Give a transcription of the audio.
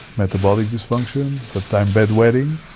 metabolic dysfunction, sometimes bedwetting,